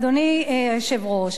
אדוני היושב-ראש,